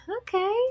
okay